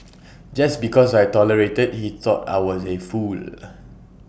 just because I tolerated he thought I was A fool